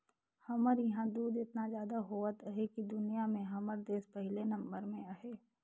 हमर इहां दूद एतना जादा होवत अहे कि दुनिया में हमर देस पहिले नंबर में अहे